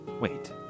Wait